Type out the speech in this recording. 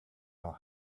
our